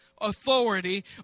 authority